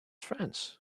france